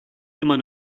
immer